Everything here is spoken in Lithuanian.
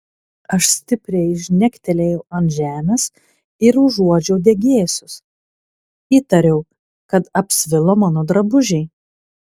aš stipriai žnektelėjau ant žemės ir užuodžiau degėsius įtariau kad apsvilo mano drabužiai